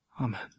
Amen